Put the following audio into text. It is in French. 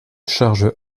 charge